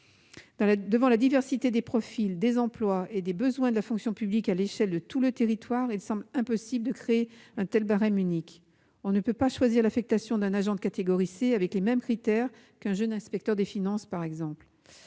devant la diversité des profils, des emplois et des besoins de la fonction publique à l'échelle de tout le territoire, il semble impossible de créer un tel barème unique. On ne peut pas affecter avec les mêmes critères un agent de catégorie C et un jeune inspecteur des finances, par exemple.